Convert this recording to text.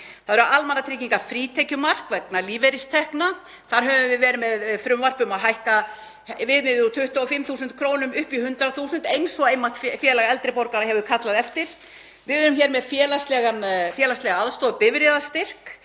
Það er almannatryggingafrítekjumark vegna lífeyristekna. Þar höfum við verið með frumvarp um að hækka viðmiðið úr 25.000 kr. upp í 100.000, eins og einmitt Félag eldri borgara hefur kallað eftir. Við erum með félagslega aðstoð, bifreiðastyrk.